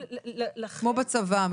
כמו בצבא,